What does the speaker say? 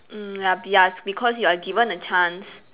mm ya ya because you are given a chance